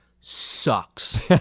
sucks